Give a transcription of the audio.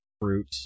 fruit